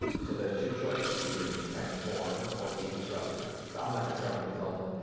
so there's two choices you can transform or be disruptive. i'm like a terrible consultant,